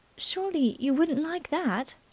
surely you wouldn't like that?